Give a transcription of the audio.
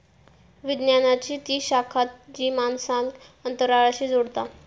विज्ञानाची ती शाखा जी माणसांक अंतराळाशी जोडता